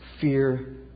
fear